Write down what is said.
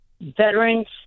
veterans